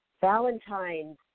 Valentine's